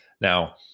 Now